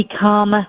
become